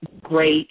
great